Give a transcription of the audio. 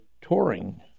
touring